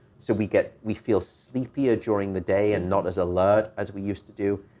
so we get we feel sleepier during the day and not as alert as we used to do,